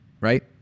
right